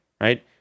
right